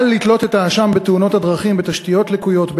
קל לתלות את האשם בתאונות הדרכים בתשתיות לקויות,